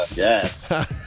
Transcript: Yes